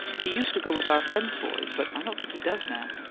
he used to go with our friends' boys, but i don't think he does now.